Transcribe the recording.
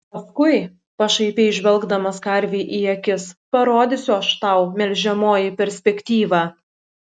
paskui pašaipiai žvelgdamas karvei į akis parodysiu aš tau melžiamoji perspektyvą